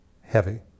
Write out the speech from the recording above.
heavy